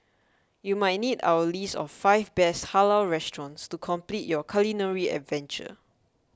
you might need our list of five best halal restaurants to complete your culinary adventure